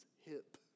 hip